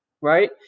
right